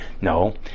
No